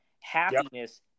Happiness